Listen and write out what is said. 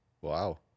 Wow